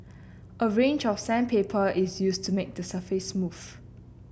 a range of sandpaper is used to make the surface smooth